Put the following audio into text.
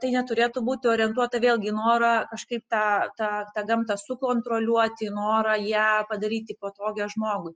tai neturėtų būti orientuota vėlgi į norą kažkaip tą tą tą gamtą sukontroliuoti į norą ją padaryti patogią žmogui